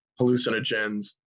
hallucinogens